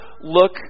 look